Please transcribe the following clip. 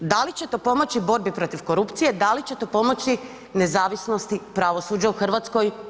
Da li će to pomoći borbi protiv korupcije, da li će to pomoći nezavisnosti pravosuđa u Hrvatskoj?